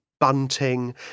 bunting